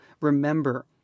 remember